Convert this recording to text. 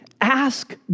Ask